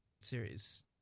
series